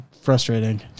frustrating